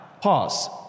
pause